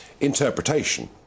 interpretation